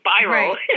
spiral